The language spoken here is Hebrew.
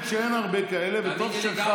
האמת היא שאין הרבה כאלה, וטוב שהחרגתם.